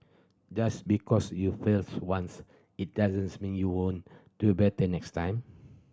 just because you fails once it doesn't mean you won't do better next time